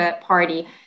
party